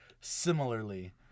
similarly